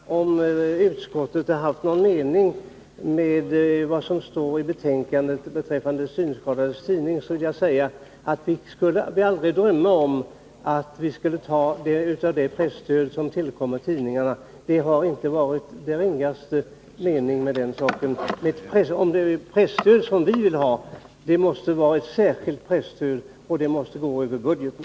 Herr talman! På Eric Rejdnells fråga om utskottet haft någon avsikt med vad det uttalade i betänkandet beträffande de synskadades tidning vill jag svara att vi aldrig skulle drömma om att ta av det presstöd som tillkommer tidningarna. Det har varit vår mening med det uttalandet. Det presstöd vi vill ha skall vara ett särskilt presstöd och gå över budgeten.